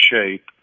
shape